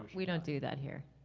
we don't do that here.